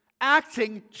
acting